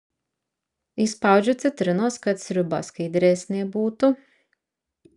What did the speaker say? įspaudžiu citrinos kad sriuba skaidresnė būtų